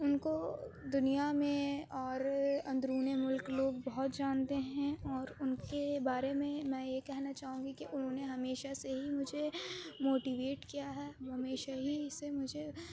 ان کو دنیا میں اور اندرون ملک لوگ بہت جانتے ہیں اور ان کے بارے میں میں یہ کہنا چاہوں گی کہ انہوں نے ہمیشہ سے ہی مجھے موٹیویٹ کیا ہے وہ ہمیشہ ہی سے مجھے